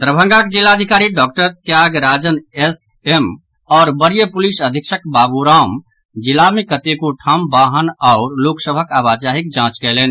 दरभंगा जिलाधिकारी doctor Tyagarajan S M आओर वरीय पुलिस अधीक्षक बाबू राम जिला मे कतेको ठाम वाहन आओर लोक सभक आवाजाहीक जांच कयलनि